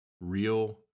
real